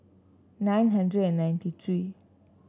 nine hundred and ninety three